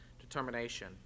determination